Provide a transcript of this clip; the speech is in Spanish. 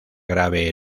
grave